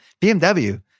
BMW